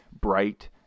bright